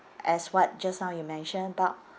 as what just now you mention about